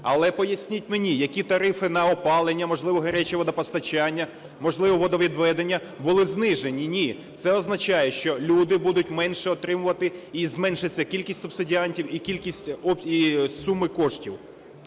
Але поясніть мені, які тарифи, на опалення, можливо гаряче водопостачання, можливо водовідведення, були знижені? Ні. Це означає, що люди будуть менше отримувати і зменшиться кількість субсидіантів і суми коштів.